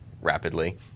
rapidly